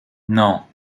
non